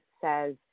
says